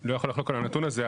אני לא יכול לחלוק על הנתון הזה,